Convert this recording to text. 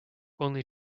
only